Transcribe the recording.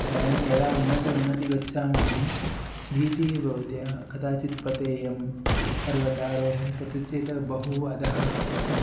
चारणे यदा उन्नतम् उन्नतं गच्छामः भीतिः भवति कदाचित् पतेयं पर्वतारोहणं तत् चेत् बहु अधः अहम्